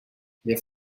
les